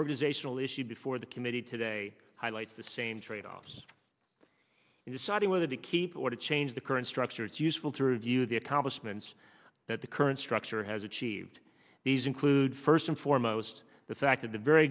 organizational issue before the committee today highlights the same tradeoffs in deciding whether to keep or to change the current structure it's useful to review the accomplishments that the current structure has achieved these include first and foremost the fact of the very